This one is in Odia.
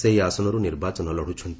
ସେ ଏହି ଆସନରୁ ନିର୍ବାଚନ ଲଢୁଛନ୍ତି